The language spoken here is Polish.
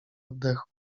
oddechu